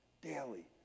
daily